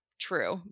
true